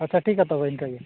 ᱟᱪᱪᱷᱟ ᱴᱷᱤᱠ ᱜᱮᱭᱟ ᱛᱚᱵᱮ ᱤᱱᱠᱟᱹ ᱜᱮ